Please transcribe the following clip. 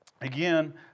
again